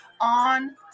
on